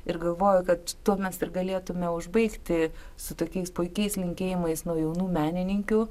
ir galvoju kad tuo mes ir galėtume užbaigti su tokiais puikiais linkėjimais nuo jaunų menininkių